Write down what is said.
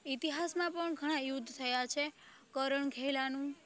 ઈતિહાસમાં પણ ઘણા યુદ્ધ થયા છે કરણ ઘેલાનું